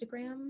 Instagram